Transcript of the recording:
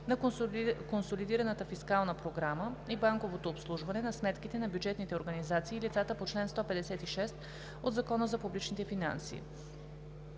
на консолидираната фискална програма и банковото обслужване на сметките на бюджетните организации и лицата по чл. 156 от Закона за публичните финанси.